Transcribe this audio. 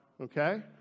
Okay